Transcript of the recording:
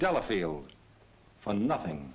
delafield for nothing